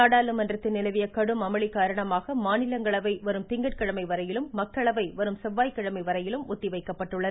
நாடாளுமன்றத்தில் நிலவிய கடும் அமளி காரணமாக மாநிலங்களவை வரும் திங்கட்கிழமை வரையிலும் மக்களவை வரும் செவ்வாய்க்கிழமை வரையிலும் ஒத்திவைக்கப்பட்டுள்ளன